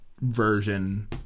version